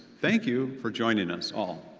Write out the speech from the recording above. thank you for joining us all.